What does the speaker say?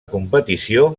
competició